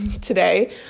today